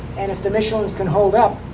and if the michelins can hold up.